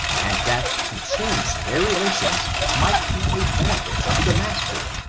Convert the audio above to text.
and that to change their relations might be a benefit to the master,